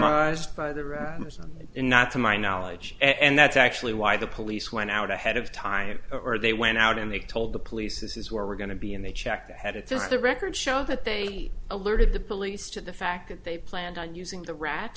my eyes by the or not to my knowledge and that's actually why the police went out ahead of time or they went out and they told the police this is where we're going to be and they checked ahead it's the record show that they alerted the police to the fact that they planned on using the rat